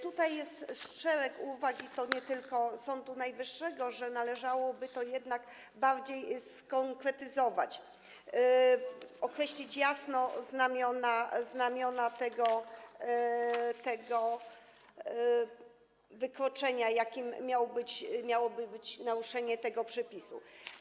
Tutaj jest szereg uwag, i to nie tylko Sądu Najwyższego, że należałoby to jednak bardziej skonkretyzować, określić jasno znamiona tego wykroczenia, jakim miałoby być naruszenie tego przepisu.